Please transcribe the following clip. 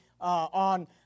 on